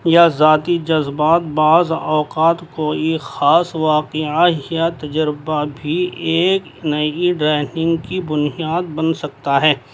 یا ذاتی جذبات بعض اوقات کوئی خاص واقعہ یا تجربہ بھی ایک نئی ڈرائنگ کی بنیاد بن سکتا ہے